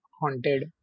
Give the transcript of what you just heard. Haunted